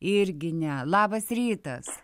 irgi ne labas rytas